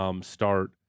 start